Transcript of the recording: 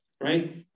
Right